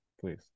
please